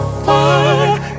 fire